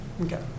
okay